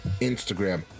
Instagram